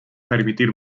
permitir